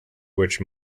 which